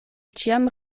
ĉiam